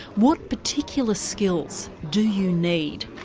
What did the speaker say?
what particular skills do you need?